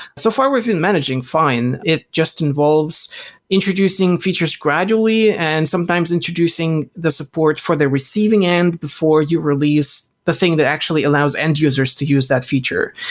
so far we've been managing fine. it just involves introducing features gradually and sometimes introducing the support for the receiving end before you release the thing that actually allows end-users to use that feature.